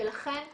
לכן כן,